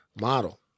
model